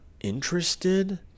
interested